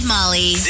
Molly